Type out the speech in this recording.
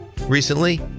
recently